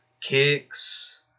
kicks